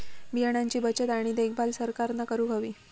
बियाणांची बचत आणि देखभाल सरकारना करूक हवी